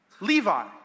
Levi